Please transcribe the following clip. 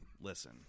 Listen